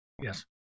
Yes